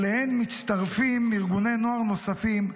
אליהן מצטרפים ארגוני נוער נוספים,